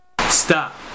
Stop